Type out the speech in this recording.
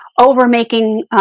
over-making